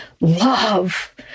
love